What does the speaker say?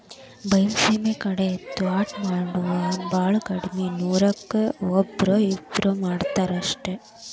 ಬೈಲಸೇಮಿ ಕಡೆ ತ್ವಾಟಾ ಮಾಡುದ ಬಾಳ ಕಡ್ಮಿ ನೂರಕ್ಕ ಒಬ್ಬ್ರೋ ಇಬ್ಬ್ರೋ ಮಾಡತಾರ ಅಷ್ಟ